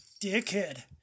dickhead